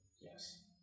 Yes